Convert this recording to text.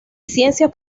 ciencias